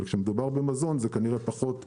אבל כשמדובר במזון זה כנראה פחות מעניין.